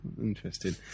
Interesting